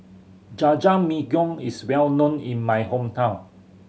Jajangmyeon is well known in my hometown